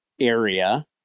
area